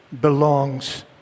belongs